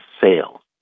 sales